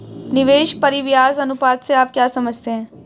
निवेश परिव्यास अनुपात से आप क्या समझते हैं?